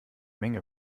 menge